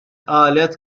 qalet